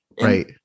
right